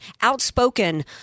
outspoken